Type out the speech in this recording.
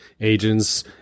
agents